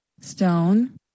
stone